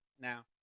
Now